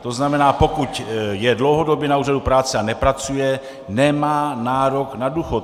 To znamená, pokud je dlouhodobě na úřadu práce a nepracuje, nemá nárok na důchod.